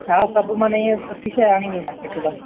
हा सभु माना ईअं सुठी शइ आणे ॾींदा हिकदमि